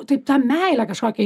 taip tą meilę kažkokią